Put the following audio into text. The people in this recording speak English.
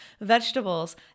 vegetables